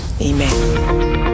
amen